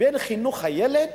בין חינוך הילד